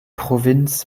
provinz